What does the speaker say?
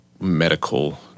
medical